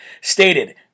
stated